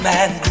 Man